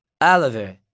Oliver